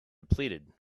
depleted